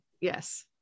Yes